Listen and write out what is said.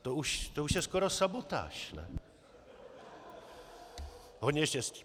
To už je skoro sabotáž, ne? . Hodně štěstí.